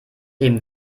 eben